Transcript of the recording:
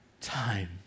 time